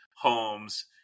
homes